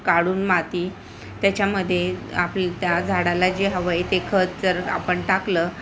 काढून माती त्याच्यामध्ये आपली त्या झाडाला जे हवं आहे ते खत जर आपण टाकलं